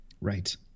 Right